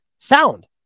Sound